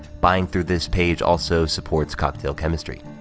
buying through this page also supports cocktail chemistry.